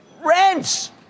rents